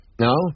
No